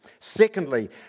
Secondly